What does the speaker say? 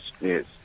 yes